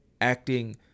acting